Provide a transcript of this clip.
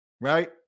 right